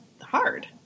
hard